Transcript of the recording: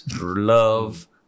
love